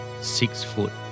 six-foot